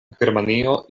germanio